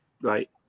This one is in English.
Right